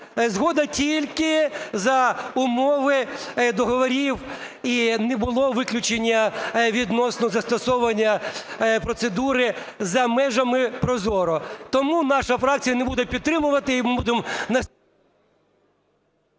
згода тільки за умови договорів і не було виключення відносно застосування процедури за межами ProZorro. Тому наша фракція не буде підтримувати і… ГОЛОВУЮЧИЙ.